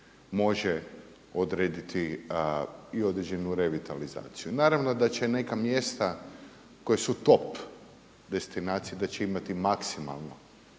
može odrediti i određenu revitalizaciju. Naravno da će neka mjesta koja su top destinacija da će imati maksimalno